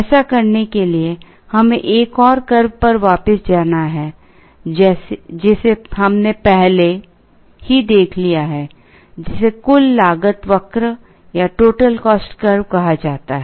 ऐसा करने के लिए हमें एक और कर्व पर वापस जाना है जिसे हमने पहले ही देख लिया है जिसे कुल लागत वक्र कहा जाता है